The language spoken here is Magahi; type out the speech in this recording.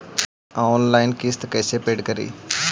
ऑनलाइन किस्त कैसे पेड करि?